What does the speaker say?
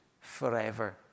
forever